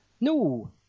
No